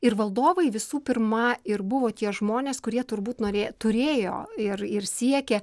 ir valdovai visų pirma ir buvo tie žmonės kurie turbūt norėjo turėjo ir ir siekia